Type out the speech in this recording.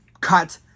cut